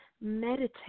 meditate